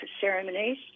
ceremonies